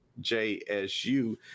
JSU